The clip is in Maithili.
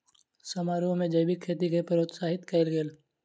समारोह में जैविक खेती के प्रोत्साहित कयल गेल